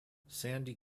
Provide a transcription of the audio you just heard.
sandy